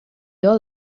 your